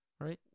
right